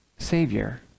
Savior